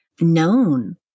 known